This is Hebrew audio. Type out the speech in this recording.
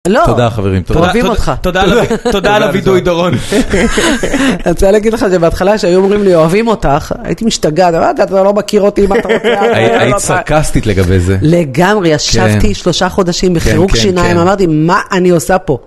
תודה חברים, תודה. אוהבים אותך. תודה על הווידוי דורון. אני רוצה להגיד לך שבהתחלה כשהיו אומרים לי אוהבים אותך, הייתי משתגעת. אמתי: "אתה לא מכיר אותי. מה אתה רוצה?". היית סרקסטית לגבי זה. לגמרי. ישבתי שלושה חודשים בחירוק שיניים. אמרתי: "מה אני עושה פה?"